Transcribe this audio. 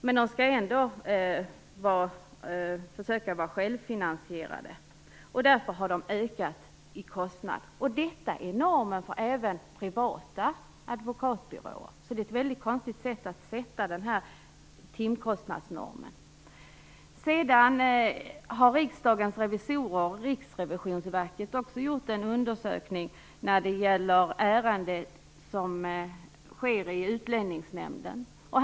Ändå skall de försöka vara självfinansierande, och därför har de ökat i kostnad. Detta är normen även för privata advokatbyråer. Man fastställer alltså timkostnadsnormen på ett väldigt konstigt sätt. Sedan har Riksdagens revisorer och Riksrevisionsverket gjort en undersökning av Utlänningsnämndens ärenden.